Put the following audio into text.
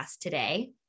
today